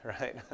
right